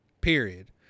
Period